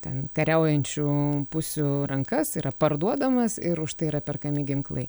ten kariaujančių pusių rankas yra parduodamas ir už tai yra perkami ginklai